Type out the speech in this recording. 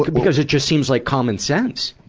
because it just seems like common sense.